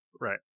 Right